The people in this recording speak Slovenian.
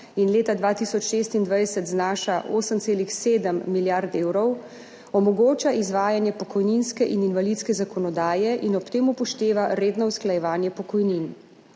in leta 2026 znaša 8,7 milijard evrov, omogoča izvajanje pokojninske in invalidske zakonodaje in ob tem upošteva redno usklajevanje pokojnin.